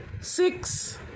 Six